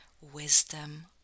wisdom